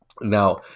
Now